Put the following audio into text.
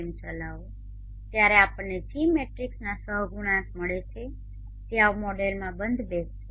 m ચલાવોત્યારે આપણને G મેટ્રિક્સના સહગુણાંક મળે છે જે આ મોડેલમાં બંધબેસશે